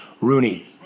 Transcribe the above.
Rooney